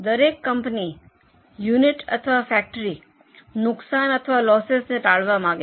દરેક company unit અથવા factory નુકસાન અથવા લોસસ ને ટાળવા માંગે છે